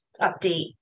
update